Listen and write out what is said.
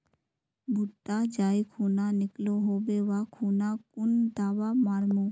भुट्टा जाई खुना निकलो होबे वा खुना कुन दावा मार्मु?